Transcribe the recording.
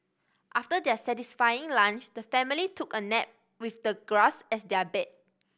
after their satisfying lunch the family took a nap with the grass as their bed